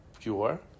pure